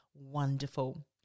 wonderful